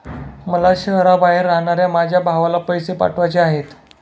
मला शहराबाहेर राहणाऱ्या माझ्या भावाला पैसे पाठवायचे आहेत